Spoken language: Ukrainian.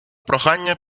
прохання